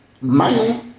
Money